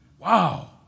Wow